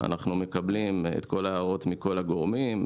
אנחנו מקבלים את כל ההערות מכל הגורמים,